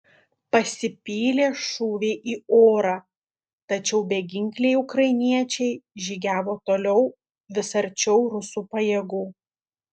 pasipylė šūviai į orą tačiau beginkliai ukrainiečiai žygiavo toliau vis arčiau rusų pajėgų